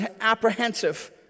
apprehensive